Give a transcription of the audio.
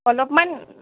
অলপমান